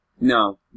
No